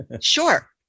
sure